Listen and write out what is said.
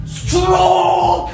strong